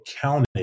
counted